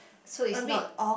so it's not